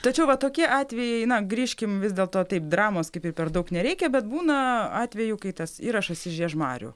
tačiau va tokie atvejai na grįžkim vis dėlto taip dramos kaip ir per daug nereikia bet būna atvejų kai tas įrašas iš žiežmarių